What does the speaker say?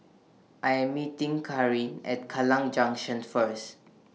I Am meeting Carin At Kallang Junction First